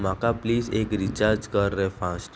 म्हाका प्लीज एक रिचार्ज कर रे फास्ट